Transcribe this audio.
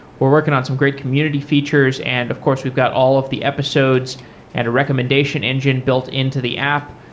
we're working on some great community features and of course, we've got all of the episodes and a recommendation engine built into the app.